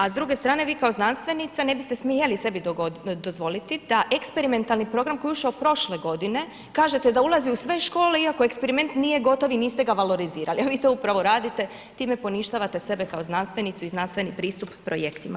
A s druge strane vi kao znanstvenica ne biste smjeli sebi dozvoliti da eksperimentalni program koji je ušao prošle godine kažete da ulazi u sve škole iako eksperiment nije gotov i niste ga valorizirali a vi to upravo radite, time poništavate sebe kao znanstvenicu i znanstveni pristup projektima.